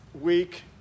week